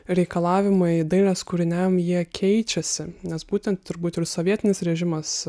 reikalavimai dailės kūriniam jie keičiasi nes būtent turbūt ir sovietinis režimas